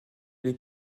les